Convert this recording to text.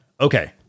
okay